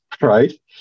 right